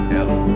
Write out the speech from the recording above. Hello